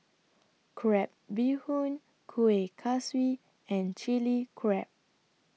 Crab Bee Hoon Kueh Kaswi and Chili Crab